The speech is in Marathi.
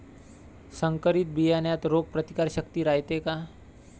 संकरित बियान्यात रोग प्रतिकारशक्ती रायते का?